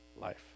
life